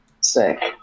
Sick